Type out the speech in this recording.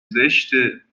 زشته